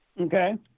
okay